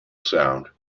sound